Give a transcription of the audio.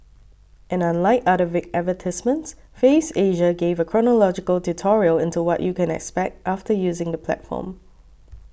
and unlike other vague advertisements Faves Asia gave a chronological tutorial into what you can expect after using the platform